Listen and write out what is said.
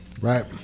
Right